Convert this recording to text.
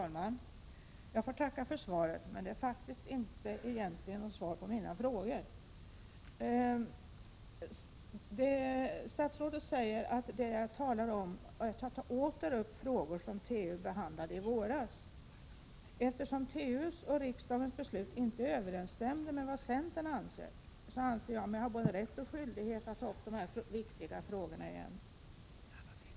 Fru talman! Jag får tacka för svaret, men det är egentligen inte något svar på mina frågor. Statsrådet säger att jag åter tar upp frågor som TU behandlade i våras. Eftersom TU:s och riksdagens beslut inte överensstämde 2 med vad centern anser, så tycker jag mig ha både rätt och skyldighet att ta upp de här viktiga frågorna igen.